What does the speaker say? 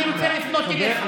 אני רוצה לפנות אליך.